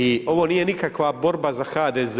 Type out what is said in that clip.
I ovo nije nikakva borba za HDZ